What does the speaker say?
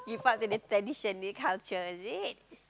keep up to the tradition new culture is it